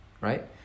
right